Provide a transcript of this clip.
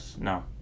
no